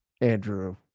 Andrew